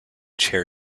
chair